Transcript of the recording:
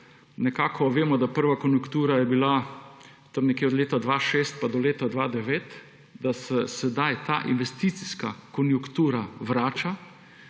nekako vemo, da prva konjunktura je bila tam nekje od leta 2006 pa do leta 2009, da se sedaj ta investicijska konjunktura vrača,